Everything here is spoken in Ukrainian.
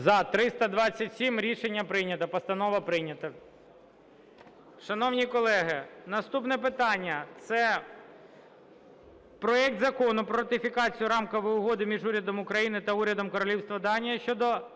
За-327 Рішення прийнято. Постанова прийнята. Шановні колеги, наступне питання – це проект Закону про ратифікацію Рамкової угоди між Урядом України та Урядом Королівства Данія щодо